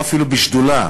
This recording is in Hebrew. או אפילו בשדולה,